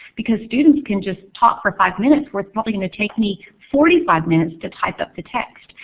because students can just talk for five minutes, where it's probably going to take me forty five minutes to type up the text.